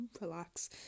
relax